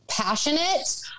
passionate